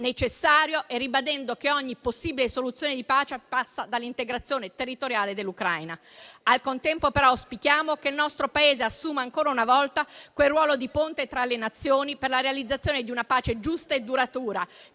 necessaria, ribadendo che ogni possibile soluzione di pace passa dall'integrità territoriale dell'Ucraina. Al contempo, però, auspichiamo che il nostro Paese assuma ancora una volta quel ruolo di ponte tra le nazioni per la realizzazione di una pace giusta e duratura,